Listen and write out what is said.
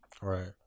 Right